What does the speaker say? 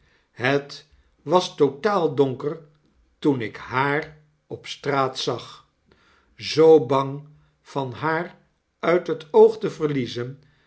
het was totaal donkertoen ik haar op straat zag zoo bang van haar uit het oog te verliezen